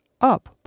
up